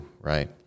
right